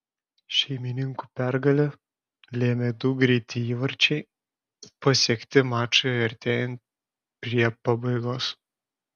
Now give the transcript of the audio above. šeimininkų pergalę lėmė du greiti įvarčiai pasiekti mačui artėjant prie pabaigos